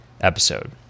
episode